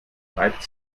reibt